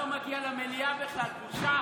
דווקא החברים שלי מהמחנה הממלכתי כולם דיברו את המכסה